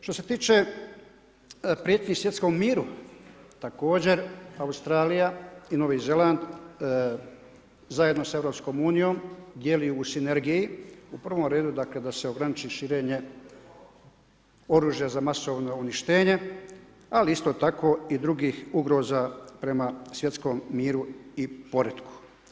Što se tiče prijetnji svjetskom miru također Australija i Novi Zeland zajedno sa EU dijeli u sinergiji, u prvom redu u dakle da se ograniči širenje oružja za masovno uništenje ali isto tako i drugih ugroza prema svjetskom miru i poretku.